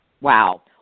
Wow